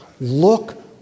Look